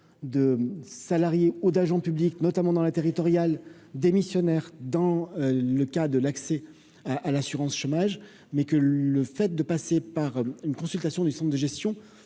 de salariés ou d'agents publics, notamment dans la territoriale démissionnaire dans le cas de l'accès à l'assurance chômage, mais que le fait de passer par une consultation du Centre de gestion